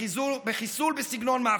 בחיסול בסגנון המאפיה.